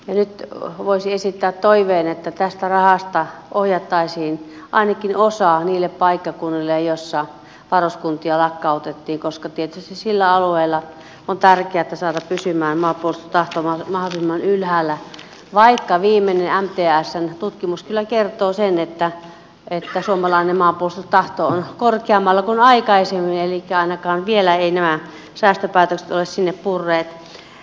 nyt voisi esittää toiveen että tästä rahasta ohjattaisiin ainakin osa niille paikkakunnille joilla varuskuntia lakkautettiin koska tietysti niillä alueilla on tärkeätä saada pysymään maanpuolustustahto mahdollisimman ylhäällä vaikka viimeinen mtsn tutkimus kyllä kertoo sen että suomalainen maanpuolustustahto on korkeammalla kuin aikaisemmin elikkä ainakaan vielä eivät nämä säästöpäätökset ole siellä purreet